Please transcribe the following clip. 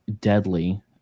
deadly